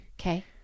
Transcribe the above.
Okay